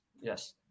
Yes